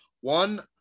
One